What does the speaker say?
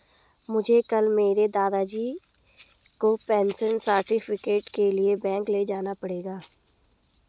मुझे कल मेरे दादाजी को पेंशन सर्टिफिकेट के लिए बैंक ले जाना पड़ेगा